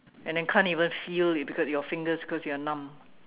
and then can't even feel you because your fingers cause you're numb